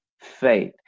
faith